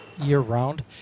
year-round